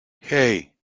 hey